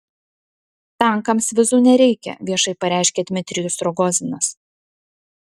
tankams vizų nereikia viešai pareiškia dmitrijus rogozinas